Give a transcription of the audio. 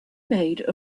made